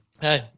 Hey